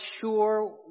sure